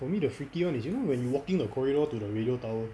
for me the freaky [one] is you know when you walking the corridor to the radio tower